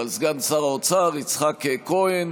סגן שר האוצר יצחק כהן.